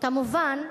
כמובן,